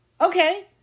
Okay